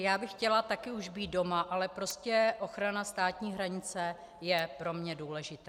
Já bych chtěla také už být doma, ale prostě ochrana státní hranice je pro mě důležitá.